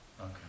Okay